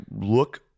look